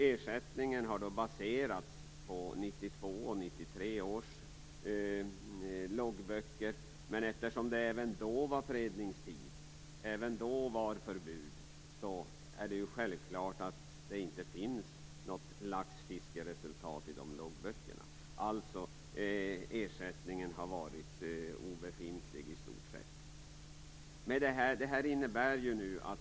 Ersättningen har baserats på 1992 och 1993 års loggböcker, men eftersom det även då var fredningstid, förbud, finns det självfallet inte något laxfiskeresultat i de loggböckerna. Alltså har ersättningen varit i stort sett obefintlig.